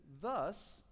thus